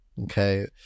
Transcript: okay